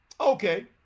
okay